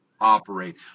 operate